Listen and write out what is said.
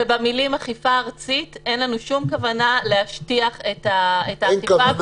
-- שבמילים "אכיפה ארצית" אין לנו שום כוונה להשטיח את האכיפה.